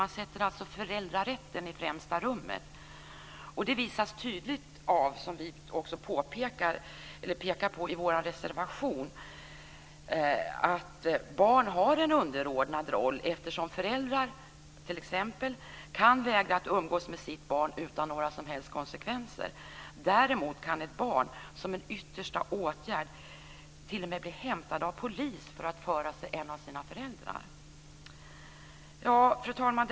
Man sätter föräldrarätten i främsta rummet. Det visas tydligt, som vi pekar på i vår reservation, av att barn har en underordnad roll. Föräldrar kan t.ex. vägra att umgås med sitt barn utan några som helst konsekvenser. Ett barn däremot kan, som en yttersta åtgärd, bli hämtat av polis för att föras till en av sina föräldrar. Fru talman!